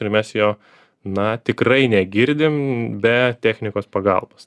ir mes jo na tikrai negirdim be technikos pagalbos